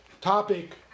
topic